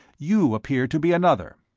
you appear to be another.